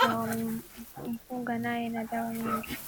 na wamemfunga naye madawa mingi.